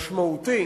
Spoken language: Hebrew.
משמעותי